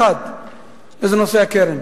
וזה נושא הקרן.